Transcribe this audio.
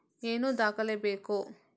ಏನು ದಾಖಲೆ ಬೇಕು?